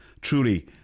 truly